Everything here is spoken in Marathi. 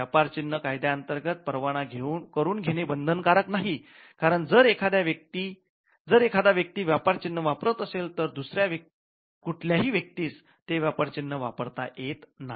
व्यापार चिन्ह कायद्या अंतर्गत परवाना करून घेणे बंधन कारक नाही कारण जर एखादा व्यक्ती व्यापार चिन्ह वापरत असेल तर दुसऱ्या कुठल्या हि व्यक्तीस ते व्यापार चिन्ह वापरता येत नाही